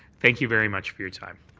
thank you very much for your time.